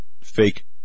fake